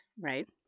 right